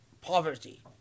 poverty